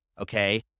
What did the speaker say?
okay